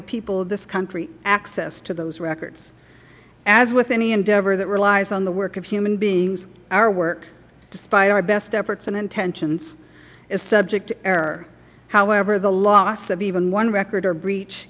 the people of this country access to those records as with any endeavor that relies on the work of human beings our work despite our best efforts and intentions is subject to error however the loss of even one record or breach